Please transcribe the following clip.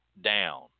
down